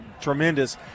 tremendous